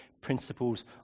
principles